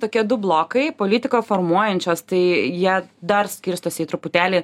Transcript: tokie du blokai politiką formuojančios tai jie dar skirstosi truputėlį